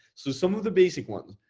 so some of the basic ones.